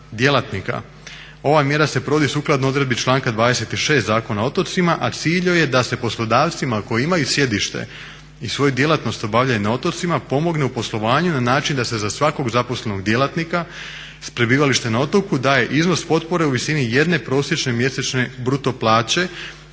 djelatnika. Ova mjera se provodi sukladno odredbi članka 26. Zakona o otocima, a cilj joj je da se poslodavcima koji imaju sjedište i svoju djelatnost obavljaju na otocima pomogne u poslovanju na način da se za svakog zaposlenog djelatnika sa prebivalištem na otoku daje iznos potpore u visini jedne prosječne mjesečne bruto plaće